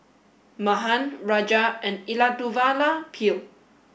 Mahan Raja and Elattuvalapil